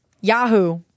Yahoo